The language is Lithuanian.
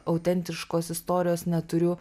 autentiškos istorijos neturiu